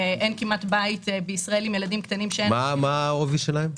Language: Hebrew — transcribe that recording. ואין כמעט בית בישראל עם ילדים קטנים שאין --- מה העובי שלהם?